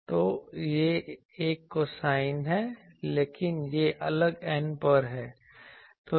तो यह एक कोसाइन है लेकिन यह अलग n पर है